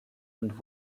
und